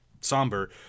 Somber